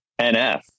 NF